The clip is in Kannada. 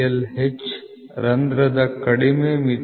H ರಂಧ್ರದ ಕಡಿಮೆ ಮಿತಿ 40